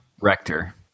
Rector